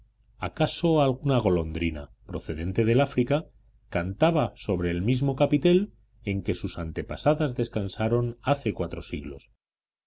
acaso alguna golondrina procedente del áfrica cantaba sobre el mismo capitel en que sus antepasadas descansaron hace cuatro siglos